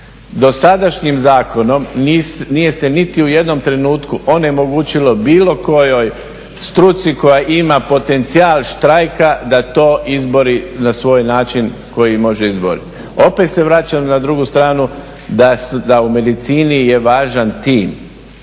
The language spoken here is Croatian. Dosadašnjim zakonom nije se niti u jednom trenutku onemogućilo bilo kojoj struci koja ima potencijal štrajka da to izbori na svoj način koji može izboriti. Opet se vraćam na drugu stranu da u medicini je važan tim